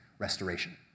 Restoration